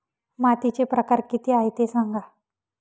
मातीचे प्रकार किती आहे ते सांगा